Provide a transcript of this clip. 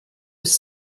was